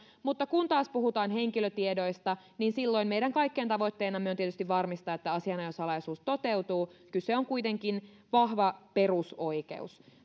mutta kun puhutaan henkilötiedoista niin silloin meidän kaikkien tavoitteena on tietysti varmistaa että asianajosalaisuus toteutuu kyseessä on kuitenkin vahva perusoikeus